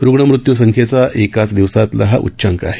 रुग्ण मृत्यूसंख्येचा एकाच दिवसातला हा उच्चांक आहे